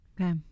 Okay